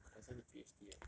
professor need P_H_D eh